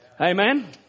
Amen